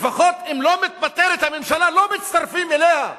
לפחות אם לא מתפטרת הממשלה, לא מצטרפים אליה.